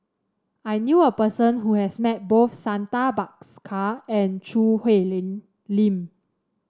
I knew a person who has met both Santha Bhaskar and Choo Hwee Lim